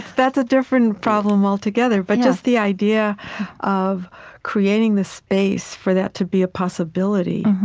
that's a different problem altogether. but just the idea of creating this space for that to be a possibility,